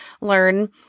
learn